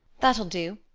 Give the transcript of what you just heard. that'll do.